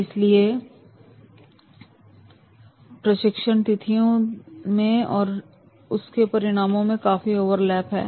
इसलिए प्रशिक्षण तिथियों में और उसके परिणामों में काफी ओवरलैप है